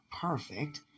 perfect